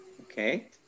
Okay